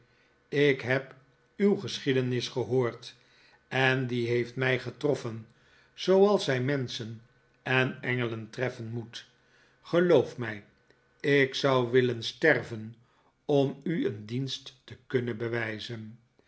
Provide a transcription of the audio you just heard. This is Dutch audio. ik heb uw geschiedenis gehoord en die heeft mij getroffen zooals zij menschen en engelen treffen moet geloof mij ik zou willen sterven om u een dienst te kunnen bewijzen